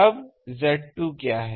अब Z2 क्या है